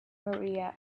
maria